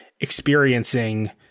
experiencing